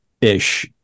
ish